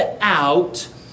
out